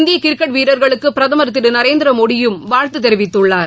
இந்திய கிரிக்கெட் வீரர்களுக்கு பிரதம் திரு நரேந்திரமோடியும் வாழ்த்து தெரிவித்துள்ளார்